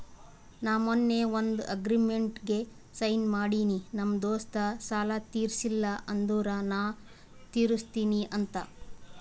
ನಾ ಮೊನ್ನೆ ಒಂದ್ ಅಗ್ರಿಮೆಂಟ್ಗ್ ಸೈನ್ ಮಾಡಿನಿ ನಮ್ ದೋಸ್ತ ಸಾಲಾ ತೀರ್ಸಿಲ್ಲ ಅಂದುರ್ ನಾ ತಿರುಸ್ತಿನಿ ಅಂತ್